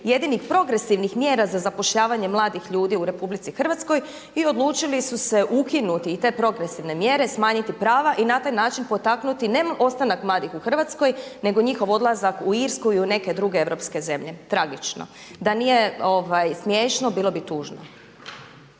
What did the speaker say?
jedinih progresivnih mjera za zapošljavanje mladih ljudi u RH i odlučili su se ukinuti i te progresivne mjere, smanjiti prava i na taj način potaknuti ne ostanak mladih u Hrvatskoj nego njihov odlazak u Irsku i u neke druge europske zemlje. Tragično. Da nije smiješno bilo bi tužno.